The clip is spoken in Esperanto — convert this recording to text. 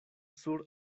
sur